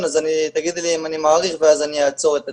אז תגידי לי אם אני מאריך ואז אני אעצור את עצמי.